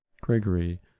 gregory